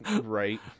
right